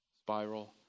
Spiral